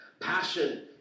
passion